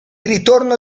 ritorno